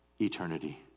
eternity